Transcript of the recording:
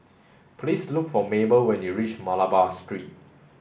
please look for Mable when you reach Malabar Street